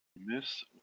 Miss